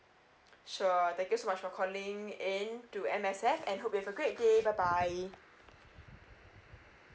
sure thank you so much for calling in to M_S_F and hope you have a great day bye bye